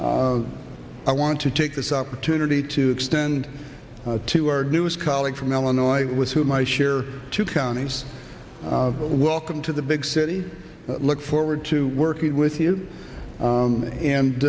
i want to take this opportunity to extend to our news colleague from illinois with whom i share two counties welcome to the big city look forward to working with you and and